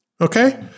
okay